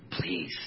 Please